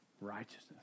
Righteousness